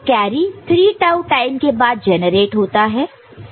तो carry 3 tau time के बाद जेनरेट होता है